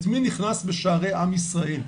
את מי נכנס בשערי עם ישראל.